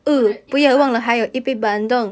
我的一个 bandung